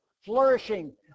flourishing